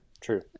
True